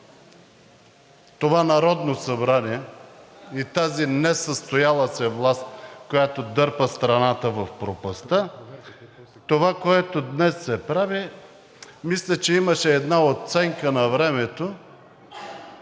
това Народно събрание, и тази несъстояла се власт, която дърпа страната в пропастта. Това, което днес се прави, мисля, че имаше една оценка навремето,